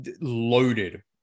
loaded